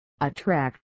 Attract